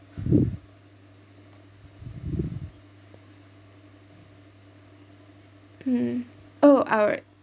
mm oh I'd